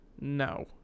no